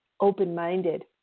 open-minded